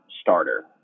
starter